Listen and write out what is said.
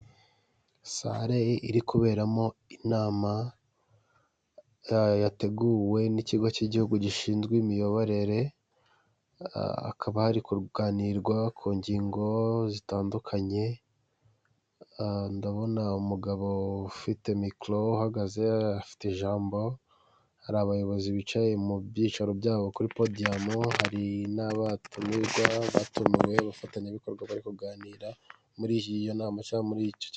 Sale iri kuberamo inama yateguwe n'ikigo cy'igihugu gishinzwe imiyoborere hakaba hari kuganirwa ku ngingo zitandukanye ndabona umugabo ufite micro uhagaze afite ijambo hari abayobozi bicaye mu byicaro byabo kuri podiyumu hari n'abatumirwa batumiwe ,abafatanyabikorwa bari kuganira muri iyo nama cyangwa muri iki kiganiro .